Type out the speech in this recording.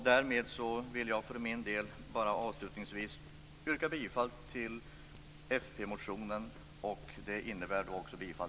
Därmed vill jag avslutningsvis yrka bifall till